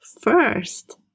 first